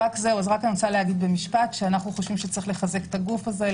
אנחנו חושבים שצריך לחזק את הגוף הזה,